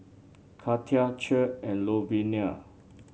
Katia Che and Louvenia